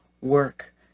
work